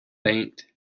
banked